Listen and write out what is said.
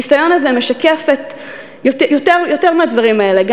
הניסיון הזה משקף יותר מהדברים האלה גם